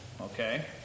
okay